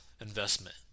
Investment